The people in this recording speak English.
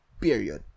Period